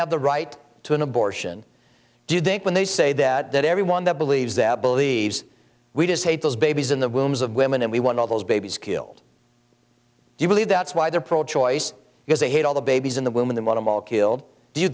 have the right to an abortion do you think when they say that everyone that believes that believes we just hate those babies in the wombs of women and we want all those babies killed do you believe that's why they're pro choice because they hate all the babies in the womb in the bottom all killed do you